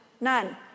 None